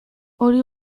hori